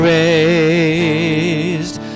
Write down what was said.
raised